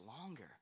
longer